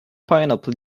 pineapple